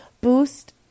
boost